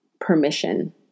permission